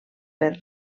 per